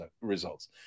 results